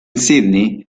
sydney